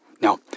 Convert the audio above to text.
Now